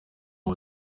uba